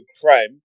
Prime